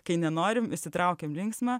kai nenorim išsitraukiam linksmą